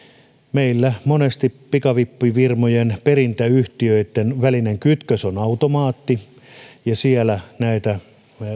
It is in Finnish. meillä monesti pikavippifirmojen ja perintäyhtiöitten välinen kytkös on automaatti ja siellä näitä